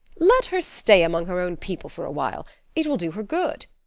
let her stay among her own people for a while it will do her good.